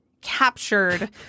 captured